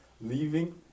Leaving